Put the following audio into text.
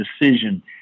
decision